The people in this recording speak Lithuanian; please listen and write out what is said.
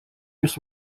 jis